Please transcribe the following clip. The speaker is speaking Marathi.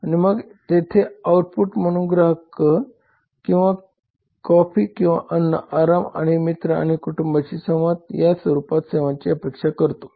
आणि मग तेथे आउटपुट म्हणून ग्राहक कॉफी किंवा अन्न आराम आणि मित्र आणि कुटुंबाशी संवाद या स्वरूपात सेवांची अपेक्षा करतो